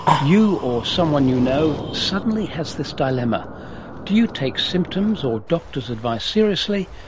you or someone you know suddenly has this dilemma do you take symptoms or doctor's advice seriously,